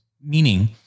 Meaning